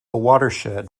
watershed